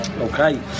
Okay